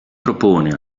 propone